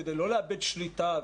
כדי לא לאבד שליטה,